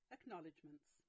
Acknowledgements